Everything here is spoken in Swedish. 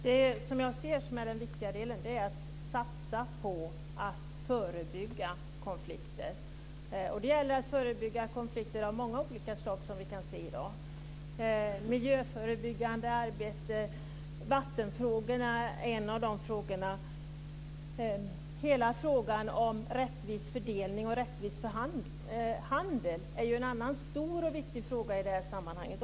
Herr talman! Det som jag ser som den viktiga delen är att satsa på att förebygga konflikter. Det gäller att förebygga konflikter av många olika slag som vi kan se i dag. Vi har förebyggande arbete på miljöområdet, där bl.a. vattenfrågorna ingår. Hela frågan om rättvis fördelning och rättvis handel är en annan stor och viktig fråga i det här sammanhanget.